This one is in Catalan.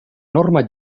norma